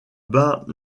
bas